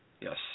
Yes